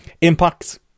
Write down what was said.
impact